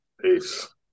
Peace